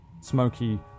smoky